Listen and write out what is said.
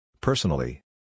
Personally